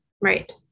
Right